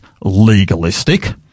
legalistic